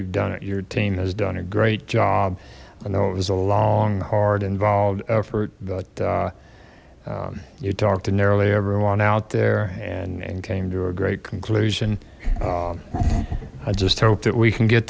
you've done it your team has done a great job i know it was a long hard involved effort but you talk to nearly everyone out there and and came to a great conclusion i just hope that we can get